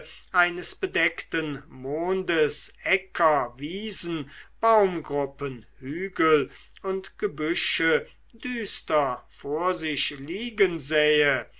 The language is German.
eines bedeckten mondes äcker wiesen baumgruppen hügel und gebüsche düster vor sich liegen sähe